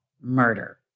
murder